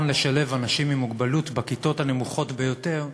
לשלב אנשים עם מוגבלות בכיתות הנמוכות ביותר,